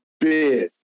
bid